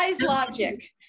logic